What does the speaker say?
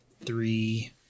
three